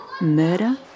murder